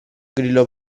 grillo